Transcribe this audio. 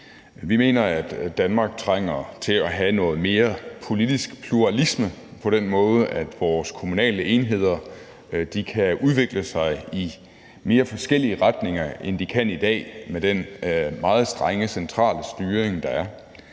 Vi mener, at Danmark trænger til at have noget mere politisk pluralisme på den måde, at vores kommunale enheder kan udvikle sig i mere forskellige retninger, end de kan i dag med den meget strenge centrale styring der er.